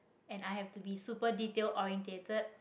and i have to be super detail orientated